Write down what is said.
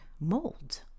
mold